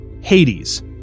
Hades